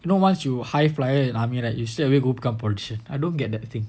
you know once you high flyer in army right you straight away go become politican I don't get that thing her regard